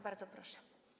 Bardzo proszę.